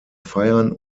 feiern